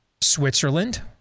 Switzerland